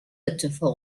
اتفاق